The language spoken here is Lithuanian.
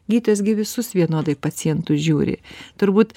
gytis gi visus vienodai pacientus žiūri turbūt